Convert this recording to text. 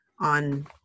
on